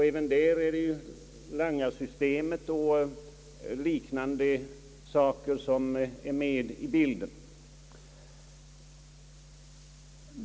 Även där är det langarsystemet och liknande saker som kommer med i bilden.